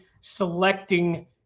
selecting